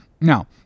Now